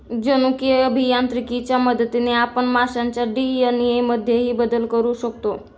जनुकीय अभियांत्रिकीच्या मदतीने आपण माशांच्या डी.एन.ए मध्येही बदल करू शकतो